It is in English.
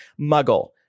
muggle